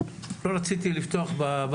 לא רציתי לפתוח בזה,